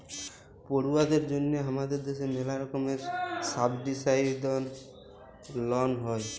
পড়ুয়াদের জন্যহে হামাদের দ্যাশে ম্যালা রকমের সাবসিডাইসদ লন হ্যয়